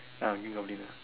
ah give me complaint